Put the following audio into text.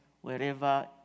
wherever